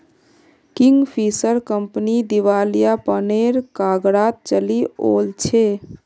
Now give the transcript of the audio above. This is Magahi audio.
किंगफिशर कंपनी दिवालियापनेर कगारत चली ओल छै